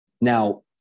Now